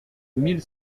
mille